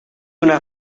una